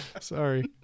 Sorry